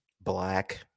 Black